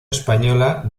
española